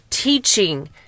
teaching